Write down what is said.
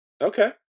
Okay